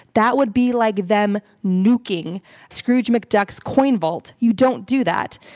that would be like them nuking scrooge mcduck's coin vault. you don't do that.